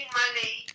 money